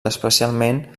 especialment